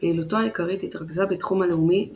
פעילותו העיקרית התרכזה בתחום הלאומי,